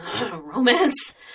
romance